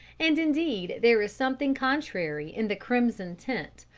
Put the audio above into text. and indeed there is something contrary in the crimson tint,